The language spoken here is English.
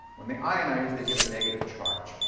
when they ionize, they give a negative charge.